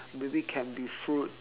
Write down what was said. maybe can be fruit